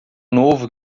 novo